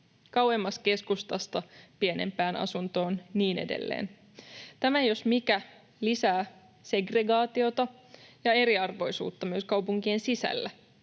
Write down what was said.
kauemmas keskustasta pienempään asuntoon, ja niin edelleen. Tämä jos mikä lisää segregaatiota ja eriarvoisuutta myös kaupunkien sisällä.